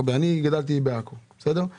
אימא